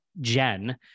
Jen